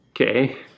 Okay